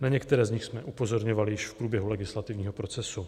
Na některé z nich jsme upozorňovali již v průběhu legislativního procesu.